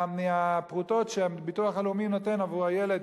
מהפרוטות שהביטוח הלאומי נותן עבור הילד,